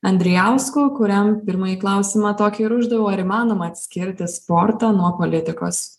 andrijausku kuriam pirmąjį klausimą tokį ir uždaviau ar įmanoma atskirti sportą nuo politikos